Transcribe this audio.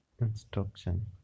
instruction